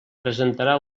presentarà